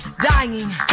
dying